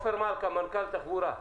מנכ"ל משרד התחבורה בבקשה.